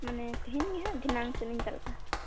ᱢᱟᱱᱮ ᱛᱮᱦᱮᱧ ᱜᱮ ᱦᱟᱜ ᱫᱷᱤᱱᱟᱹᱱ ᱥᱮᱫ ᱤᱧ ᱪᱟᱞᱟᱜᱼᱟ